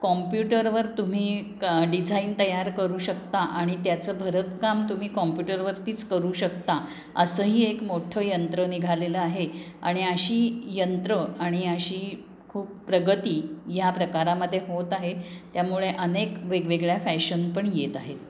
कॉम्प्युटरवर तुम्ही क डिझाईन तयार करू शकता आणि त्याचं भरतकाम तुम्ही कॉम्प्युटरवरतीच करू शकता असंही एक मोठं यंत्र निघालेलं आहे आणि अशी यंत्रं आणि अशी खूप प्रगती ह्या प्रकारामध्ये होत आहे त्यामुळे अनेक वेगवेगळ्या फॅशन पण येत आहेत